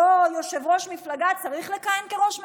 אותו יושב-ראש מפלגה צריך לכהן כראש ממשלה.